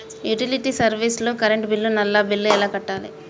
Utility service లో current bill, నల్లా bill ఎలా కట్టాలి?